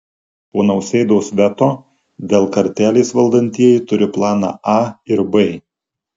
po nausėdos veto dėl kartelės valdantieji turi planą a ir b